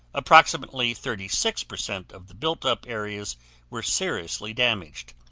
approximately thirty six percent of the built up areas were seriously damaged.